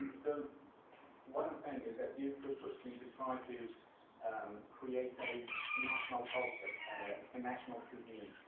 so what i'm saying is that these cookbooks seem to try to um create a national culture and a national cuisine,